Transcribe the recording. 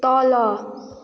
तल